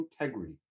integrity